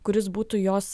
kuris būtų jos